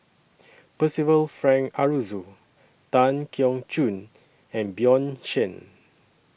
Percival Frank Aroozoo Tan Keong Choon and Bjorn Shen